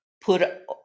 put